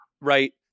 right